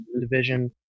Division